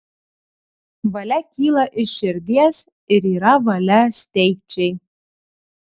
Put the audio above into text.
valia kyla iš širdies ir yra valia steigčiai